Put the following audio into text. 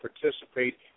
participate